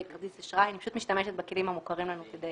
אני פשוט משתמשת בכלים המוכרים לנו כדי